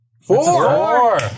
Four